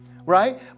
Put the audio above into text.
right